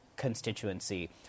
constituency